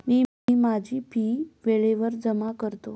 मी माझी फी वेळेवर जमा करतो